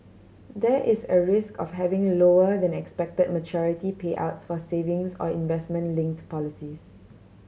there is a risk of having lower than expect maturity payouts for savings or investment linked policies